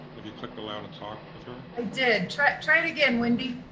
have you clicked allowed to talk with her? i did. try try it again, wendy.